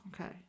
Okay